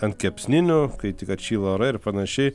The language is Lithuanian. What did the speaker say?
ant kepsninių kai tik atšyla orai ir panašiai